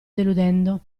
deludendo